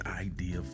idea